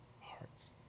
hearts